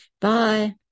Bye